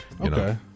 Okay